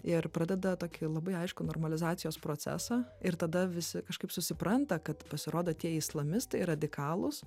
ir pradeda tokį labai aišku normalizacijos procesą ir tada visi kažkaip susipranta kad pasirodo tie islamistai radikalūs